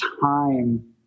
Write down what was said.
time